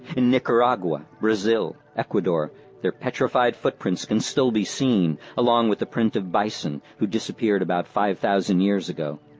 in nicaragua, brazil, and ecuador their petrified footprints can still be seen, along with the print of bison, who disappeared about five thousand years ago,